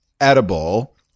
edible